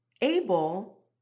able